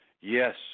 Yes